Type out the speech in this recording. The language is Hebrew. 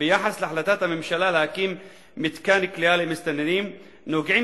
ביחס להחלטת הממשלה להקים מתקן כליאה למסתננים נוגעים